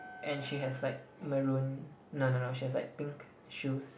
and she has like maroon no no no she has like pink shoes